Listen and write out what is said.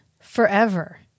forever